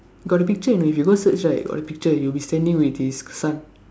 got the picture and if you go search right got the picture he will be standing with his son